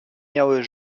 miały